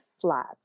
flat